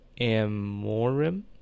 Amorim